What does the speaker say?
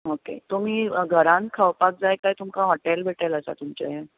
okay तुमी घरान खावपाक काय कांय तुमका हॉटॅल बिटॅल आसा तुमचे